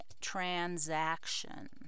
transaction